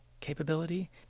capability